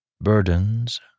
Burdens